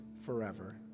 forever